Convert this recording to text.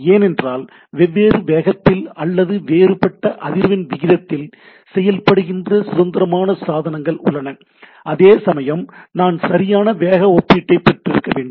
ஏனென்றால் வெவ்வேறு வேகத்தில் அல்லது வேறுபட்ட அதிர்வெண் விகிதத்தில் செயல்படுகின்ற சுதந்திரமான சாதனங்கள் உள்ளன அதேசமயம் நான் சரியான வேக ஒப்பீட்டை பெற்றிருக்கவேண்டும்